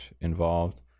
involved